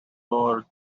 lord